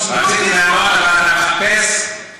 זה נתון של משרד החינוך,